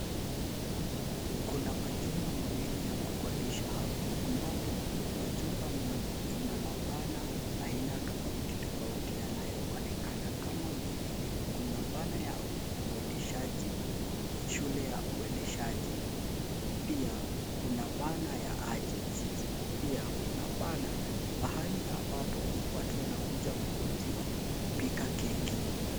Kuna majumba mawili ya kukodisha hapa. Ambapo kwa jumba moja kuna ma banner aina tofauti tofauti yanayoonekana kama vile kuna banner ya uendeshaji, shule ya uendeshaji. Pia kuna bana ya agencies . Pia kuna banner pahali ambapo watu wanakuja kufunziwa kupika keki.